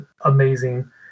amazing